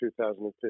2015